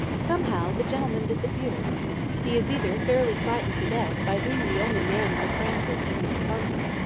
somehow the gentleman disappears he is either fairly frightened to death by being the only man in the cranford evening parties,